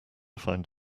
find